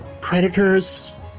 predators